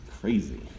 crazy